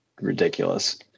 ridiculous